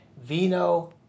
vino